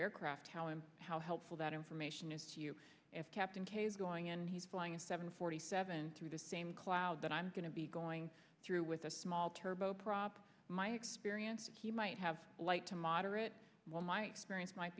aircraft how him how helpful that mission is to you if captain k is going and he's flying a seven forty seven through the same cloud that i'm going to be going through with a small turbo prop my experience he might have light to moderate what my experience might